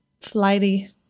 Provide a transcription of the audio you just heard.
flighty